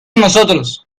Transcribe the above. nosotros